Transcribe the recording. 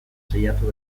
saiatu